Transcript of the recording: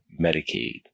Medicaid